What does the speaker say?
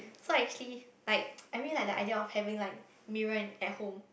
so I actually like I mean like the idea of having like mirror at home